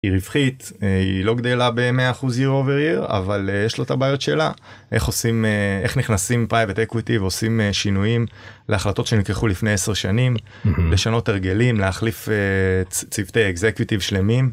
היא רווחית, היא לא גדלה במאה אחוז year over year אבל יש לה את הבעיות שלה, איך עושים, איך נכנסים private equity ועושים שינויים להחלטות שנלקחו לפני 10 שנים, לשנות הרגלים, להחליף צוותי אקזקיוטיב שלמים.